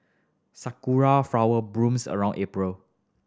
sakura flower blooms around April